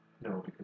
No